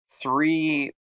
three